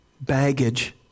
baggage